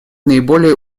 наиболее